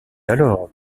alors